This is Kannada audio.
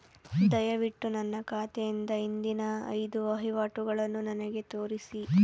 ದಯವಿಟ್ಟು ನನ್ನ ಖಾತೆಯಿಂದ ಹಿಂದಿನ ಐದು ವಹಿವಾಟುಗಳನ್ನು ನನಗೆ ತೋರಿಸಿ